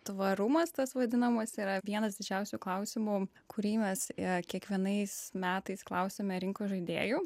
tvarumas tas vadinamas yra vienas didžiausių klausimų kurį mes kiekvienais metais klausiame rinkos žaidėjų